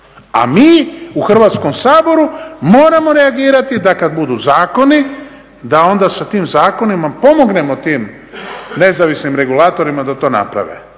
A mi u Hrvatskom saboru moramo reagirati da kada budu zakoni da onda sa tim zakonima pomognemo tim nezavisnim regulatorima da to naprave.